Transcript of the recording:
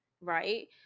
right